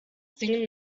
singing